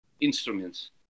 instruments